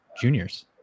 juniors